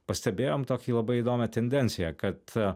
pastebėjom tokį labai įdomią tendenciją kad